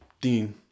Dean